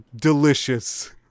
Delicious